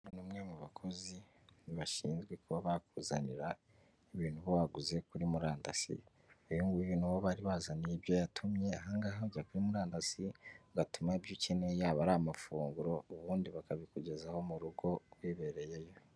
Umwe mu bakozi bashinzwe kuba bakuzanira ibintu uba waguze kuri murandasi, uyu nguyu ni uwo bari bazaniye ibyo yatumye, aha ngaha ujya kuri murandasi ugatuma ibyo ukeneye yaba ari amafunguro ubundi bakabikugezaho mu rugo wibereyeyo.